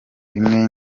bimwe